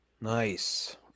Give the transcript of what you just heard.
Nice